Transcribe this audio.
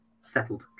settled